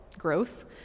gross